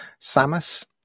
Samus